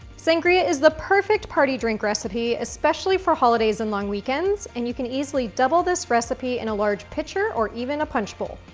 sangria is the perfect party drink recipe, especially for holidays and long weekends, and you can easily double this recipe in a large pitcher, or even a punch bowl.